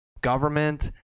government